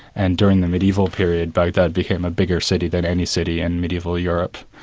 and during the mediaeval period baghdad became a bigger city than any city in mediaeval europe.